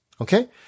Okay